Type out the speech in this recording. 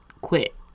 quit